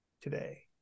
today